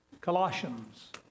Colossians